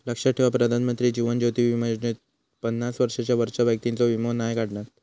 लक्षात ठेवा प्रधानमंत्री जीवन ज्योति बीमा योजनेत पन्नास वर्षांच्या वरच्या व्यक्तिंचो वीमो नाय काढणत